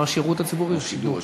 לא השירות הציבורי, השידור.